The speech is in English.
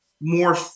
more